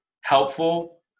helpful